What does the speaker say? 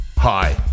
Hi